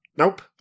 Nope